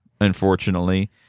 unfortunately